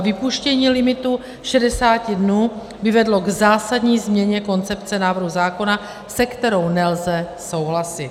Vypuštění limitu 60 dnů by vedlo k zásadní změně koncepce návrhu zákona, se kterou nelze souhlasit.